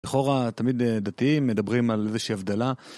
לכאורה, תמיד דתיים מדברים על איזושהי הבדלה.